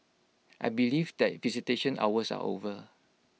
I believe that visitation hours are over